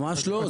ממש לא.